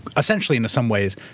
essentially, in some ways,